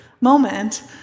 moment